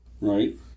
Right